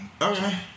Okay